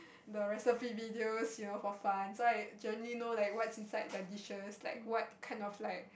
the recipe videos you know for fun so I generally know like what's in side the dishes like what kind of like